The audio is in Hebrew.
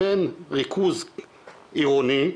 בין ריכוז עירוני,